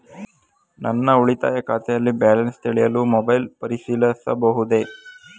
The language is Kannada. ನನ್ನ ಉಳಿತಾಯ ಖಾತೆಯಲ್ಲಿ ಬ್ಯಾಲೆನ್ಸ ತಿಳಿಯಲು ಮೊಬೈಲ್ ಪರಿಶೀಲಿಸಬಹುದೇ?